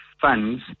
funds